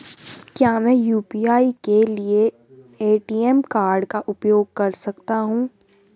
क्या मैं यू.पी.आई के लिए ए.टी.एम कार्ड का उपयोग कर सकता हूँ?